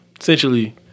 essentially